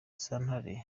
santere